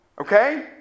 Okay